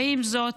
ועם זאת,